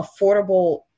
affordable